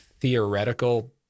theoretical